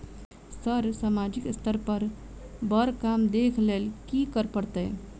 Sir सामाजिक स्तर पर बर काम देख लैलकी करऽ परतै?